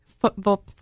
football